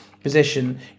position